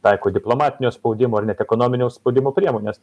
taiko diplomatinio spaudimo ar net ekonominiau spaudimo priemones